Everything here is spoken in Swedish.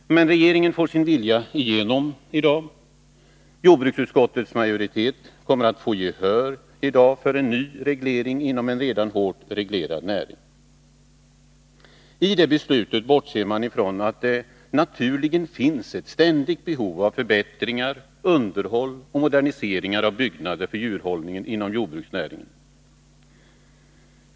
Men regeringen får sin vilja igenom i dag. Jordbruksutskottets majoritet kommer att få gehör för en ny reglering inom en redan hårt reglerad näring. I det beslutet bortser man ifrån att det naturligen finns ett ständigt behov av förbättringar, underhåll och moderniseringar av byggnader för djurhållningen inom jordbruksnäringen.